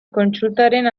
kontsultaren